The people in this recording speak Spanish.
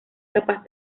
capaz